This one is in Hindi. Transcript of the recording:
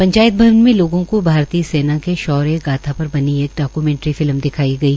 पंचायत भवन में लोगों को भारतीय सेना के शौर्य गाथा पर बनी एक डिक्यूमेंटरी फिल्म दिखाई गई